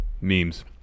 Memes